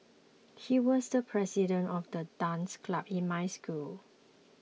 he was the president of the dance club in my school